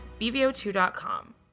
bvo2.com